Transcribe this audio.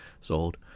sold